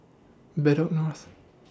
Bedok North